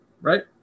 Right